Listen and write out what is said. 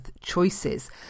choices